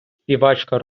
співачка